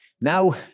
Now